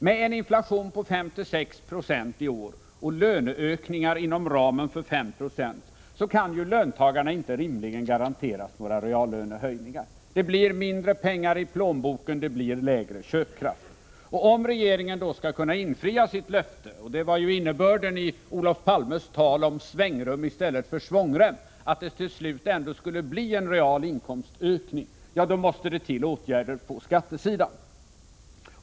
Med en inflation på 5-6 26 i år och löneökningar inom en ram på 5 96 kan löntagarna inte rimligen garanteras några reallöneökningar. Det blir mindre pengar i plånboken och mindre köpkraft. Om regeringen då skall kunna infria sitt löfte — och det var ju innebörden av Olof Palmes tal om svängrum i stället för svångrem — och det till slut skall bli realinkomstökningar, då måste det till åtgärder på skattesidan.